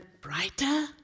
brighter